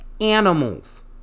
animals